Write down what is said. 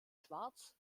schwarz